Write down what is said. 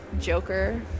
joker